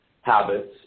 habits